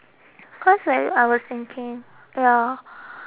cause like I was thinking ya